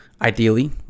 Ideally